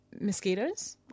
Mosquitoes